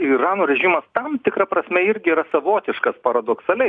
irano režimas tam tikra prasme irgi yra savotiškas paradoksaliai